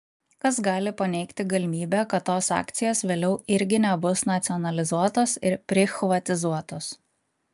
kas gali paneigti galimybę kad tos akcijos vėliau irgi nebus nacionalizuotos ir prichvatizuotos